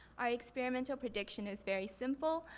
our experimental prediction is very simple.